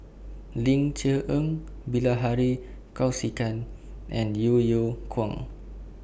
Ling Cher Eng Bilahari Kausikan and Yeo Yeow Kwang